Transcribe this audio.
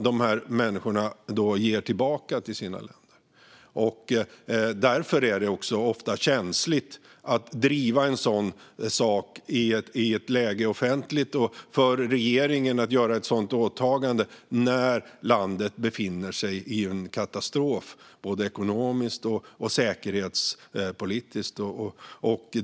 Det är ofta känsligt att offentligt driva en sådan sak och för regeringen att göra ett sådant åtagande när landet befinner sig i en katastrof, både ekonomiskt och säkerhetspolitiskt.